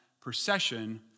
procession